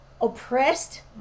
oppressed